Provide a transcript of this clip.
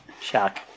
Shock